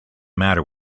matter